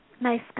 nice